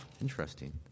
Interesting